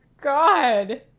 God